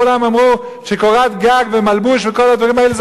כולם אמרו שקורת גג ומלבוש וכל הדברים האלה זה,